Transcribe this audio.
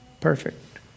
Perfect